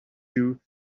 you